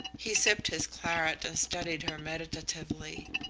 he sipped his claret and studied her meditatively.